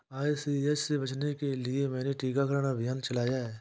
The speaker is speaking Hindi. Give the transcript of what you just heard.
आई.सी.एच से बचने के लिए मैंने टीकाकरण अभियान चलाया है